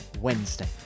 Wednesday